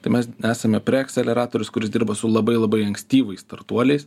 tai mes esame prie preakseleratorius kuris dirba su labai labai ankstyvais startuoliais